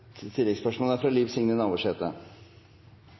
Liv Signe Navarsete